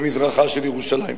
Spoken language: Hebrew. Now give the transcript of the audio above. במזרחה של ירושלים.